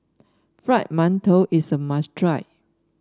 Fried Mantou is a must try